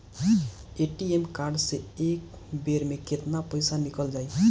ATM card से एक बेर मे केतना पईसा निकल जाई?